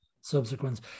subsequent